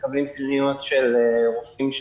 גם מרופאים,